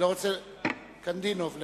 קנדינוב למשל,